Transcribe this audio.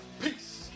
Peace